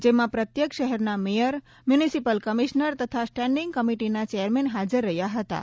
જેમાં પ્રત્યેક શહેરના મેયર મ્યુનિસિપલ કમિશ્નર તથા સ્ટેન્ડીંગ કમિટિના ચેરમેન હાજર રહ્યા હતાં